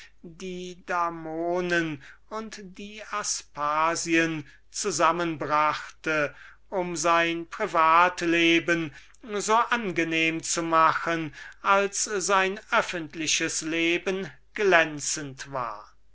die damonen und die aspasien zusammen brachte um sein privatleben so angenehm zu machen als sein öffentliches leben glänzend war